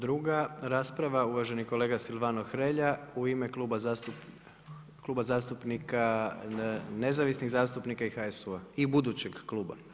Druga rasprava, uvaženi kolega Silvano Hrelja, u ime Kluba zastupnika nezavisnih zastupnika i HSU-a i budućeg kluba.